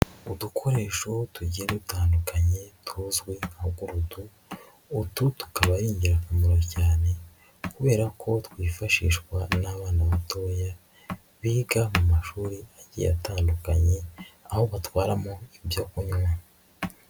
Udukoresho tugiye dutandukanye tuzwi nka gurudu, utu tukaba ari ingirakamaro cyane kubera ko twifashishwa n'abana batoya biga mu mashuri agiye atandukanye, aho batwaramo ibyo kunywa.